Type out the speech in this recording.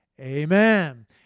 Amen